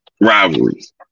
rivalries